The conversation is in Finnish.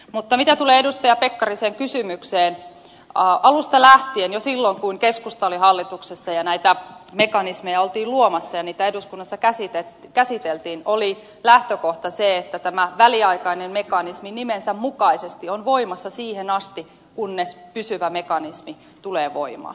mutta mitä tulee edustaja pekkarisen kysymykseen niin alusta lähtien jo silloin kun keskusta oli hallituksessa ja näitä mekanismeja oltiin luomassa ja niitä eduskunnassa käsiteltiin oli lähtökohta se että tämä väliaikainen mekanismi nimensä mukaisesti on voimassa siihen asti kunnes pysyvä mekanismi tulee voimaan